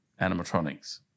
animatronics